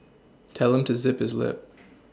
tell him to zip his lip